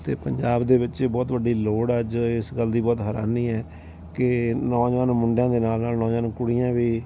ਅਤੇ ਪੰਜਾਬ ਦੇ ਵਿੱਚ ਬਹੁਤ ਵੱਡੀ ਲੋੜ ਹੈ ਅੱਜ ਇਸ ਗੱਲ ਦੀ ਬਹੁਤ ਹੈਰਾਨੀ ਹੈ ਕਿ ਨੌਜਵਾਨ ਮੁੰਡਿਆਂ ਦੇ ਨਾਲ ਨਾਲ ਨੌਜਵਾਨ ਕੁੜੀਆਂ ਵੀ